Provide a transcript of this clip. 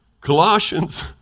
colossians